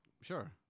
Sure